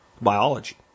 Biology